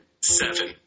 seven